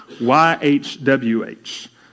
Y-H-W-H